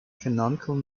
canonical